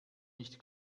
nicht